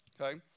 Okay